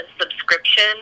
subscription